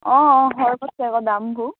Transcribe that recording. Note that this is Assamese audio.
অঁ অঁ আকৌ দামবোৰ